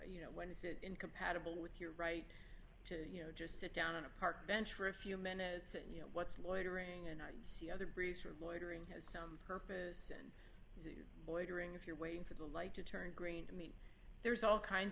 you know when is it incompatible with your right to you know just sit down on a park bench for a few minutes and you know what's loitering and i see other bruce or loitering has some purpose and boy to ring if you're waiting for the light to turn green i mean there's all kinds